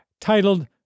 titled